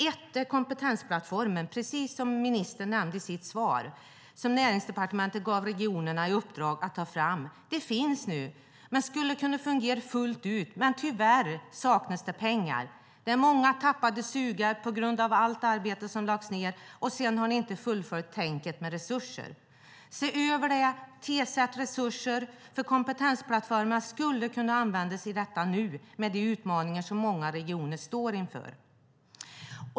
Ett gäller kompetensplattformarna, precis som ministern nämnde i sitt svar, som Näringsdepartementet gav regionerna i uppdrag att ta fram. De finns nu men skulle kunna fungera fullt ut. Men tyvärr saknas det pengar. Det är många tappade sugar på grund av allt arbete som har lagts ned, och sedan har ni inte fullföljt tänket med resurser. Se över detta och tillför resurser! Kompetensplattformarna skulle nämligen kunna användas i detta nu med de utmaningar som många regioner står inför.